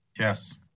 Yes